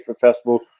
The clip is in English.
Festival